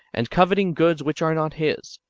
and coveting goods which are not his.